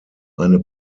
eine